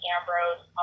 Ambrose